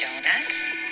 donut